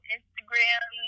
Instagram